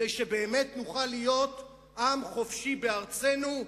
כדי שבאמת נוכל להיות "עם חופשי בארצנו,